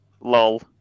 lol